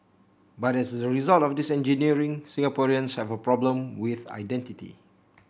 but as the result of this engineering Singaporeans have a problem with identity